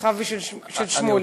שלך ושל שמולי.